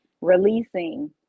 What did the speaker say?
releasing